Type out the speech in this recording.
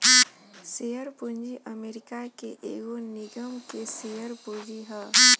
share पूंजी America के एगो निगम के शेयर पूंजी ह